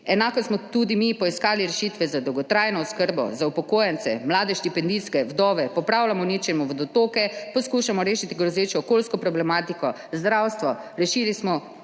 Enako smo tudi mi poiskali rešitve za dolgotrajno oskrbo, za upokojence, mlade štipendiste, vdove, popravljamo, uničena vodotoke, poskušamo rešiti grozečo okoljsko problematiko, zdravstvo. Rešili smo